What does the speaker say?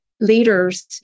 Leaders